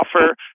offer